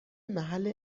محل